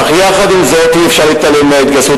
אך יחד עם זאת אי-אפשר להתעלם מההתגייסות